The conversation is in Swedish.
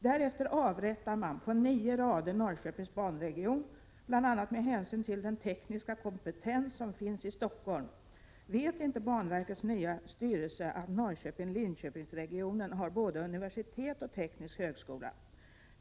Därefter avrättar man på nio rader Norrköpings banregion, bl.a. med hänsyn till den tekniska kompetens som finns i Stockholm. Vet inte banverkets nya styrelse att Norrköping—Linköping-regionen har både universitet och teknisk högskola?